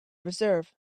reserve